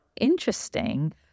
interesting